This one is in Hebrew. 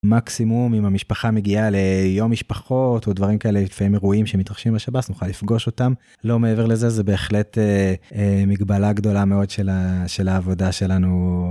מקסימום, אם המשפחה מגיעה ליום משפחות או דברים כאלה, לפעמים אירועים שמתרחשים בשב"ס, נוכל לפגוש אותם, לא מעבר לזה, זה בהחלט מגבלה גדולה מאוד של העבודה שלנו